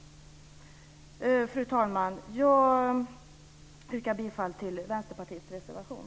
Fru talman! Jag yrkar bifall till Vänsterpartiets reservation.